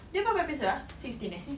dia berapa episode ah sixteen eh